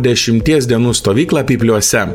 dešimties dienų stovyklą pypliuose